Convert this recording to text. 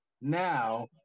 Now